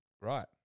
Right